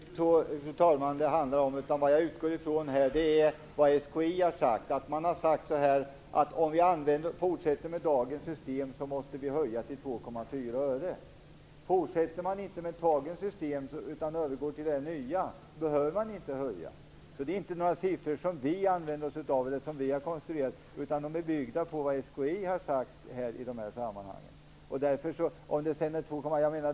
Fru talman! Det handlar inte om det, utan jag utgår ifrån vad SKI har sagt. Man har sagt att om vi fortsätter med dagens system måste vi höja avgiften till 2,4 öre. Fortsätter man inte med dagens system utan övergår till det nya behöver man inte höja. Det är inte några siffror som vi har konstruerat, utan vårt resonemang bygger på vad SKI har sagt i sammanhanget.